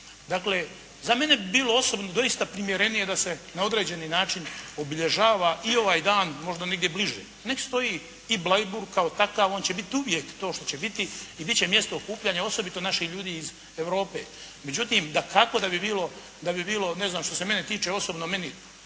Dakle za mene bi bilo osobno doista primjerenije da se na određeni način obilježava i ovaj dan možda negdje bliže. Neka stoji i Bleiburg kao takav, on će biti uvijek to što će biti i biti će mjesto okupljanja osobito naših ljudi iz Europe. Međutim dakako da bi bilo ne znam što se mene tiče osobno, meni